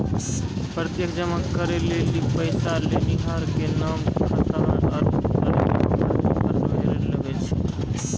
प्रत्यक्ष जमा करै लेली पैसा लेनिहार के नाम, खातासंख्या आरु तारीख जमा पर्ची पर भरै लागै छै